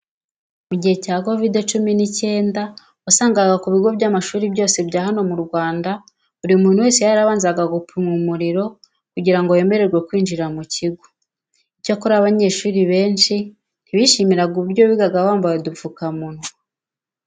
Mu gihe cya Kovide cyumi n'icyenda wasangaga ku bigo by'amashuri byose bya hano mu Rwanda buri muntu wese yarabanzaga gupimwa umuriro kugira ngo yemererwe kwinjira mu kigo. Icyakora abanyeshuri benshi ntibishimiraga uburyo bigaga bambaye udupfukamunwa.